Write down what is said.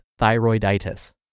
thyroiditis